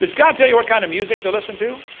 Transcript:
does god tell you what kind of music to listen to?